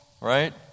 right